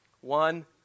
One